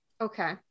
Okay